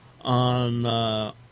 on